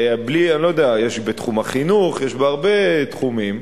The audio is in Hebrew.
אני לא יודע, יש בתחום החינוך, יש בהרבה תחומים.